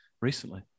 Recently